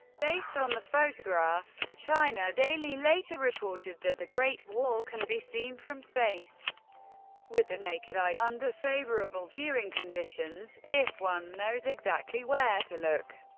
based on the photograph, the china daily later reported that the great wall can be seen from space with the naked eye, under favorable viewing conditions, if one knows exactly where to look.